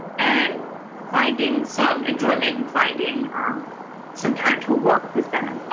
and finding some enjoyment and finding some time to work with that.